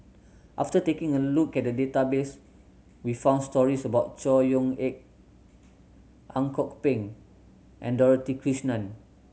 after taking a look at the database we found stories about Chor Yeok Eng Ang Kok Peng and Dorothy Krishnan